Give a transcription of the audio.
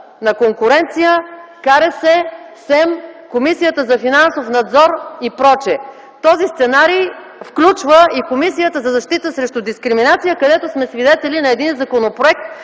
за електронни медии, Комисията за финансов надзор и прочее. Този сценарий включва и Комисията за защита от дискриминация, където сме свидетели на един законопроект,